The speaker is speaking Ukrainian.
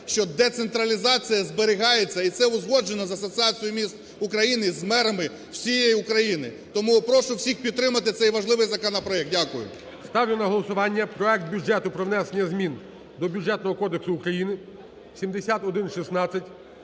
що децентралізація зберігається, і це узгоджено з Асоціацією міст України, з мерами всієї України. Тому прошу всіх підтримати цей важливий законопроект. Дякую. ГОЛОВУЮЧИЙ. Ставлю на голосування проект Бюджету про внесення змін до Бюджетного кодексу України, 7116,